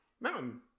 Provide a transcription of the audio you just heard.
Mountain